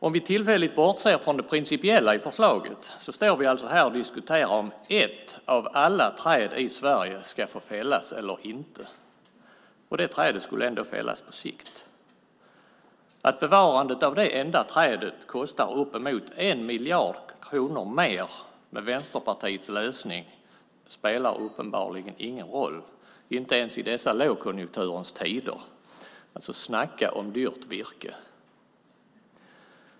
Om vi tillfälligt bortser från det principiella i förslaget står vi alltså här och diskuterar om ett av alla träd i Sverige ska få fällas eller inte - och det trädet skulle ändå fällas på sikt. Att bevarandet av det enda trädet kostar uppemot 1 miljard kronor mer med Vänsterpartiets lösning spelar uppenbarligen ingen roll - inte ens i dessa lågkonjunkturens tider. Snacka om dyrt virke!